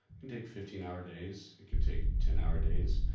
could take fifteen hour days, it could take ten hour days.